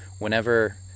Whenever